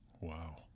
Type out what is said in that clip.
Wow